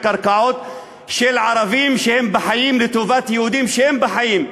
קרקעות של ערבים שהם בחיים לטובת יהודים שהם בחיים.